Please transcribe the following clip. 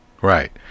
Right